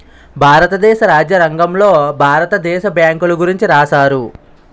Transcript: భారతదేశ రాజ్యాంగంలో భారత దేశ బ్యాంకుల గురించి రాశారు